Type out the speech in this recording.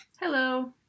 Hello